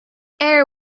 air